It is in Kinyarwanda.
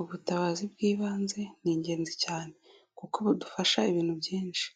Ubutabazi bw'ibanze ni ingenzi cyane kuko budufasha ibintu byinshi,